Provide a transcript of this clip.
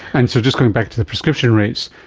and so just going back to the prescription rates,